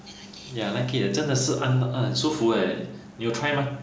ya I like it err 真的是按很舒服 eh 你有 try mah